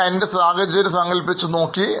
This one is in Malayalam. ഞാൻ എൻറെ സാഹചര്യം സങ്കൽപ്പിച്ചു നോക്കി